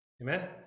amen